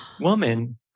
woman